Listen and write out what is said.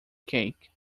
cake